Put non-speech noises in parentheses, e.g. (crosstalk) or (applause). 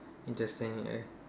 interesting (noise)